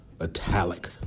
italic